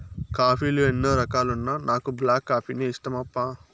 coffee లో ఎన్నో రకాలున్నా నాకు బ్లాక్ కాఫీనే ఇష్టమప్పా